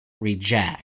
reject